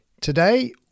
Today